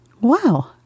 Wow